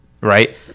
right